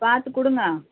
பார்த்து கொடுங்க